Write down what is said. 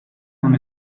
non